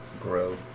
grow